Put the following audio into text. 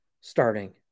starting